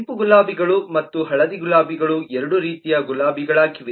ಕೆಂಪು ಗುಲಾಬಿಗಳು ಮತ್ತು ಹಳದಿ ಗುಲಾಬಿಗಳು ಎರಡೂ ರೀತಿಯ ಗುಲಾಬಿಗಳಾಗಿವೆ